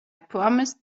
promised